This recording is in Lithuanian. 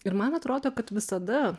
ir man atrodo kad visada